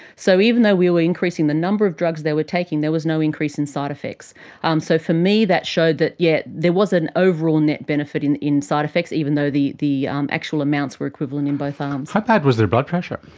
so even though we were increasing the number of drugs they were taking, there was no increase in side-effects. um so for me that showed that, yes, there was an overall net benefit in in side-effects, even though the the um actual amounts were equivalent in both arms. how bad was their blood pressure?